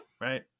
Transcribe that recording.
right